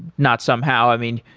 not somehow. i mean,